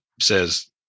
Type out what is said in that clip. says